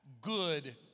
good